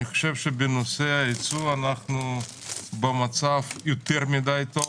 אני חושב שבנושא הייצוא אנחנו במצב יותר מדי טוב,